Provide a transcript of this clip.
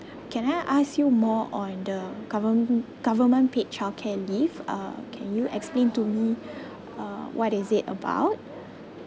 can I ask you more on the govern government paid childcare leave uh can you explain to me uh what is it about